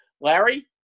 Larry